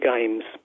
games